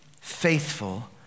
faithful